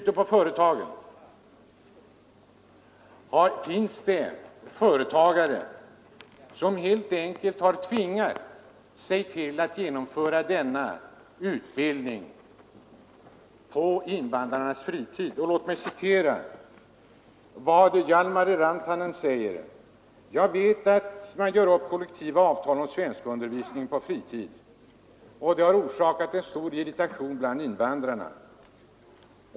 Det finns företagare som helt enkelt har tvingat sig till att få ge denna utbildning på invandrarnas fritid. Låt mig citera vad Jalmari Rantanen säger: ”Jag vet att dessa lokala avtal om svenskundervisning på fritid har orsakat en enorm irritation bland invandrarna.